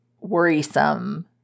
worrisome